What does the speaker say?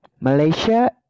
Malaysia